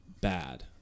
bad